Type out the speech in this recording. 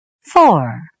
Four